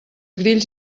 grills